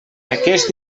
aquest